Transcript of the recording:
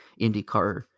IndyCar